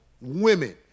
women